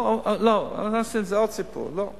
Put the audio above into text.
לא, זה עוד סיפור, לא.